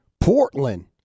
Portland